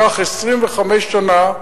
כך 25 שנה,